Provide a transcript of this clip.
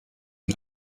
ihn